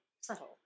subtle